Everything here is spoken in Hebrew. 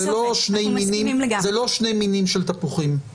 זה לא שני מינים של תפוחים.